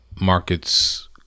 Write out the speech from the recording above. markets